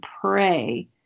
pray